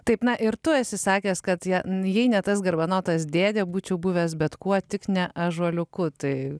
taip na ir tu esi sakęs kad ja jei ne tas garbanotas dėdė būčiau buvęs bet kuo tik ne ąžuoliuku tai